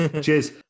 Cheers